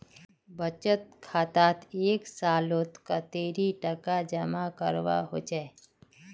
बचत खातात एक सालोत कतेरी टका जमा करवा होचए?